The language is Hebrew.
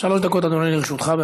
שלוש דקות, אדוני, לרשותך.